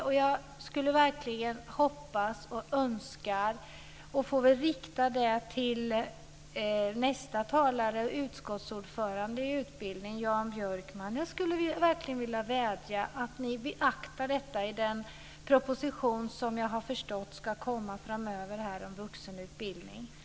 Här har jag verkligen en förhoppning och en önskan. Jag får väl rikta mig till ordföranden i utbildningsutskottet Jan Björkman. Jag skulle verkligen vilja vädja om att ni beaktar detta i den proposition som jag har förstått ska komma om vuxenutbildning framöver.